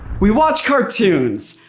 we watch cartoons,